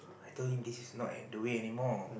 I told him this is not at the way anymore